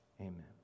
Amen